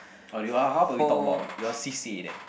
or do you are how about we talk about your c_c_a then